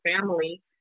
family